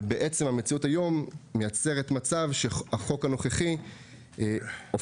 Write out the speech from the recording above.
ובעצם המציאות היום מייצרת מצב שהחוק הנוכחי הופך